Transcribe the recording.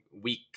week